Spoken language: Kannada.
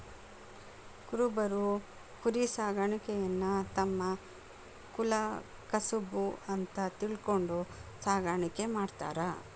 ಕುರಬರು ಕುರಿಸಾಕಾಣಿಕೆಯನ್ನ ತಮ್ಮ ಕುಲಕಸಬು ಅಂತ ತಿಳ್ಕೊಂಡು ಸಾಕಾಣಿಕೆ ಮಾಡ್ತಾರ